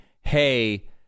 hey